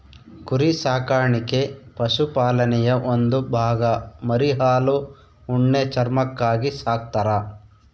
ಕುರಿ ಸಾಕಾಣಿಕೆ ಪಶುಪಾಲನೆಯ ಒಂದು ಭಾಗ ಮರಿ ಹಾಲು ಉಣ್ಣೆ ಚರ್ಮಕ್ಕಾಗಿ ಸಾಕ್ತರ